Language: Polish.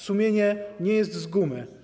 Sumienie nie jest z gumy.